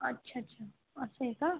अच्छा अच्छा अच्छा असं आहे का